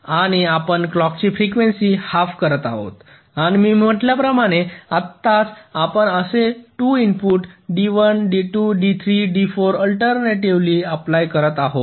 आणि आपण क्लॉकची फ्रिक्वेन्सी हाल्फ करत आहोत आणि मी म्हटल्याप्रमाणे आपण आत्ता असेच 2 input D1 D2 D3 D4 alternatively apply करत आहोत